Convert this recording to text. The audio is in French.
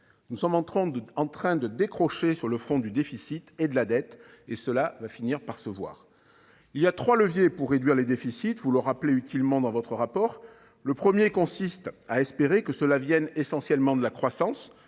Nous sommes en train de décrocher sur le front du déficit et de la dette, et cela va finir par se voir. Il y a trois leviers pour réduire les déficits, comme vous le rappelez utilement dans votre rapport, monsieur le Premier président. Le premier consiste à espérer que cette réduction provienne essentiellement de la croissance.